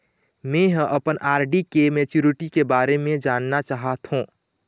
में ह अपन आर.डी के मैच्युरिटी के बारे में जानना चाहथों